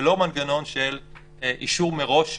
ולא מנגנון של אישור מראש של הכנסת.